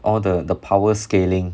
or the the power scaling